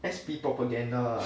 S_P propaganda